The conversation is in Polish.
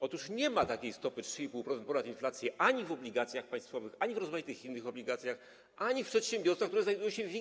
Otóż nie ma takiej stopy 3,5% ponad inflację ani w obligacjach państwowych, ani w rozmaitych innych obligacjach, ani w przedsiębiorstwach, które zajmują się WIG20.